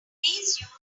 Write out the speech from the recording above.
please